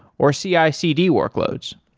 or cicd workloads